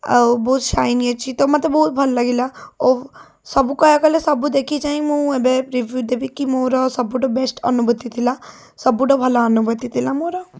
ଆଉ ବହୁତ ଶାଇନ୍ ଅଛି ତ ମୋତେ ବହୁତ ଭଲ ଲାଗିଲା ଓ ସବୁ କହିବାକୁ ଗଲେ ସବୁ ଦେଖି ଚାହିଁ ମୁଁ ରିଭ୍ୟୁ ଦେବିକି ମୋର ସବୁଠୁ ବେଷ୍ଟ ଅନୁଭୂତି ଥିଲା ସବୁଠୁ ଭଲ ଅନୁଭୂତି ଥିଲା ମୋର